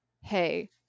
hey